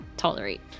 tolerate